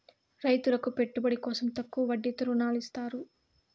రైతులకు పెట్టుబడి కోసం తక్కువ వడ్డీతో ఋణాలు ఇత్తారు